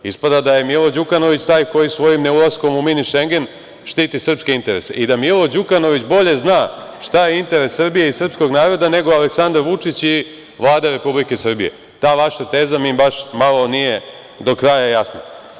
Ispada da je Milo Đukanović taj koji svojim ne ulaskom u „mini Šengen“ štiti srpske interese i da Milo Đukanović bolje zna šta je interes Srbije i srpskog naroda, nego Aleksandar Vučić i Vlada Republike Srbije, ta vaša teza mi baš malo nije do kraja jasna.